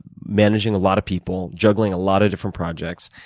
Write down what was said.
managing a lot of people, juggling lot of different projects.